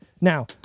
Now